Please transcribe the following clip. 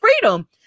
freedom